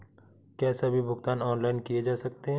क्या सभी भुगतान ऑनलाइन किए जा सकते हैं?